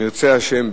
אם ירצה השם,